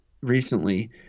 recently